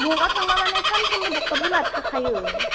मबावबा थांब्ला माने सानफ्रोमबो ड'क्टरफोरा थाखायो